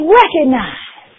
recognize